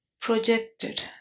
projected